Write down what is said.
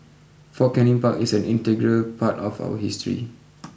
Fort Canning Park is an integral part of our history